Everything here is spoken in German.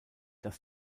dass